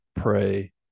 pray